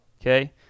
Okay